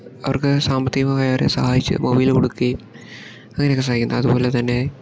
അവർക്ക് സാമ്പത്തികമായവരെ സഹായിച്ച് മൊബൈല് കൊടുക്കുകയും അങ്ങനെയെക്കെ സഹായിക്കുന്ന അത്പോലെ തന്നെ